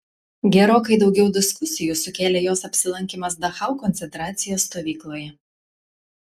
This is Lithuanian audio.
gerokai daugiau diskusijų sukėlė jos apsilankymas dachau koncentracijos stovykloje